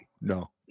no